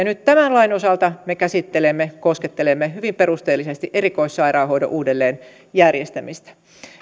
nyt tämän lain osalta me käsittelemme koskettelemme hyvin perusteellisesti erikoissairaanhoidon uudelleen järjestämistä